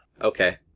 Okay